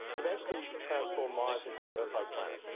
eventually, you could transform mars. into an earth-like planet.